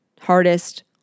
Hardest